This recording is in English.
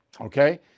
Okay